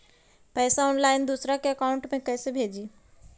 पैसा ऑनलाइन दूसरा के अकाउंट में कैसे भेजी?